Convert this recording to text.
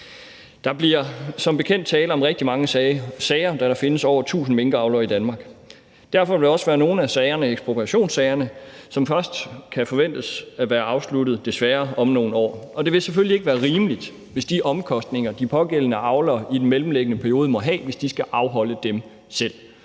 Der bliver som bekendt tale om rigtig mange sager, da der findes over 1.000 minkavlere i Danmark. Derfor vil der også være nogle af sagerne, nemlig ekspropriationssagerne, som desværre først kan forventes at være afsluttet om nogle år, og det vil selvfølgelig ikke være rimeligt, hvis de pågældende avlere selv skal afholde de